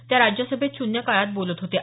त्या राज्यसभेत शून्य काळात बोलत होत्या